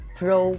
pro